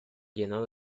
llenó